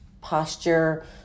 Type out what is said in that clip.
posture